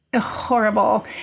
horrible